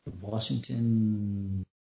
Washington